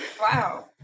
wow